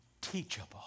teachable